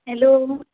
hello